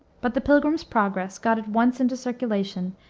but the pilgrim's progress got at once into circulation,